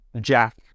jack